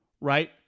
right